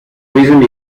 recent